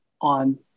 on